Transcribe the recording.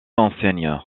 enseigne